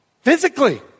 Physically